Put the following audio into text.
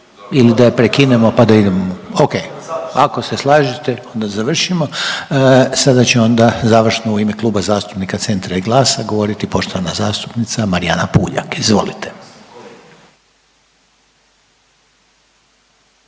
ili da prekinemo pa da idemo. Okej. Ako se slažete da završimo. Sada će onda završno u ime Kluba zastupnika Centra i GLAS-a govoriti poštovana zastupnica Marijana Puljak. Izvolite.